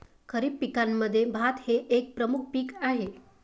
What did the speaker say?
खरीप पिकांमध्ये भात हे एक प्रमुख पीक आहे